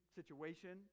situation